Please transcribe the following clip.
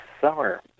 summer